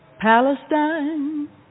Palestine